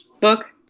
book